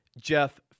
Jeff